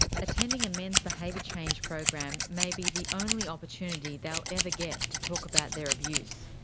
attending a men's behaviour change program may be the only opportunity they'll ever get to talk about their abuse.